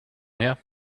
here